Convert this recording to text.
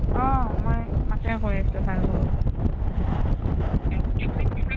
অঁ মই মাকে কৈ আছোঁ ভাৰ্গৱৰ